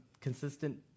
consistent